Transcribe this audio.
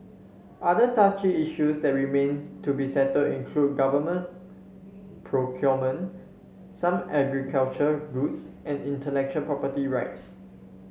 other touchy issues that remain to be settled include government procurement some agricultural goods and intellectual property rights